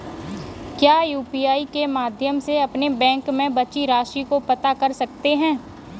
क्या यू.पी.आई के माध्यम से अपने बैंक में बची राशि को पता कर सकते हैं?